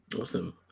Awesome